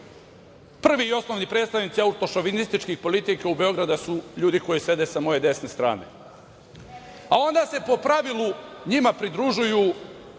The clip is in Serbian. Prvi i osnovni predstavnici autošovinističkih politika u Beogradu su ljudi koji sede sa moje desne strane. Onda se po pravilu njima pridružuju